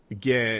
get